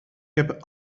heb